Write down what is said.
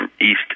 East